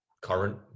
current